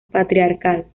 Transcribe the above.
patriarcal